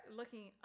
looking